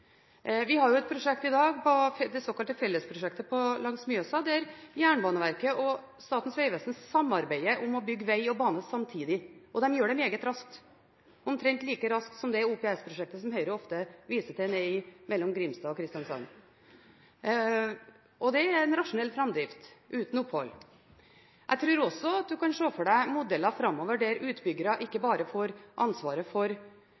På det såkalte Fellesprosjektet langs Mjøsa samarbeider Jernbaneverket og Statens vegvesen om å bygge vei og bane samtidig. De gjør det meget raskt – omtrent like raskt som det OPS-prosjektet som Høyre ofte viser til, det mellom Grimstad og Kristiansand. Det er en rasjonell framdrift, uten opphold. Jeg tror også man kan se for seg modeller framover der utbyggere ikke bare får ansvaret for